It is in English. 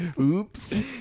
Oops